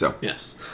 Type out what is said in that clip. Yes